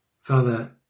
Father